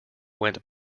went